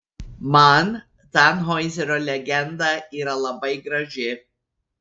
man tanhoizerio legenda yra labai graži